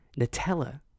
Nutella